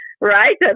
Right